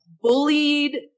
Bullied